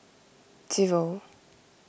zero